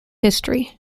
history